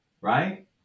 Right